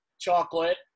chocolate